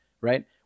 right